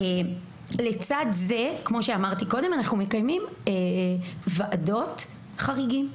לצד זה, כמו שאמרתי, אנחנו מקיימים ועדות חריגים.